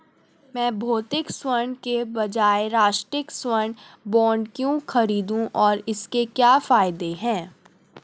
मैं भौतिक स्वर्ण के बजाय राष्ट्रिक स्वर्ण बॉन्ड क्यों खरीदूं और इसके क्या फायदे हैं?